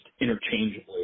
interchangeably